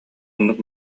оннук